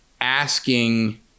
asking